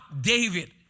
David